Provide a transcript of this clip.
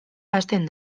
hasten